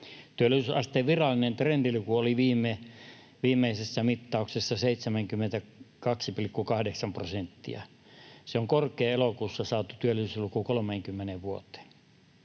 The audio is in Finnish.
Työllisyysasteen virallinen trendiluku oli viimeisessä mittauksessa 72,8 prosenttia. Se on korkein elokuussa saatu työllisyysluku 30 vuoteen,